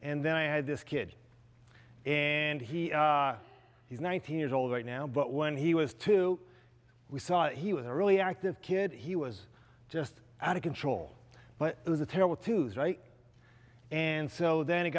and then i had this kid and he is nineteen years old right now but when he was two we saw he was a really active kid he was just out of control but it was a terrible twos right and so then